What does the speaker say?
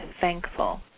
thankful